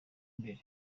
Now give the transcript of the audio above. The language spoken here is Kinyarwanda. imbere